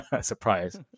Surprise